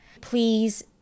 please